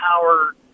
power